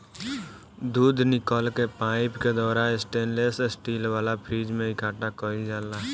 दूध निकल के पाइप के द्वारा स्टेनलेस स्टील वाला फ्रिज में इकठ्ठा कईल जाला